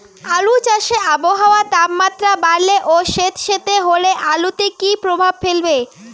আলু চাষে আবহাওয়ার তাপমাত্রা বাড়লে ও সেতসেতে হলে আলুতে কী প্রভাব ফেলবে?